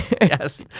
Yes